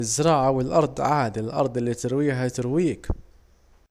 الزراعة والأرض عاد الأرض الي ترويها ترويك